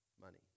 money